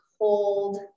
hold